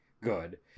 good